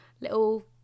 little